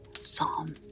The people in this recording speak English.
Psalm